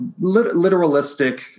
literalistic